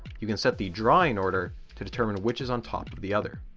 you can set the drawing order to determine which is on top of the other.